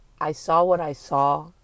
I-saw-what-I-saw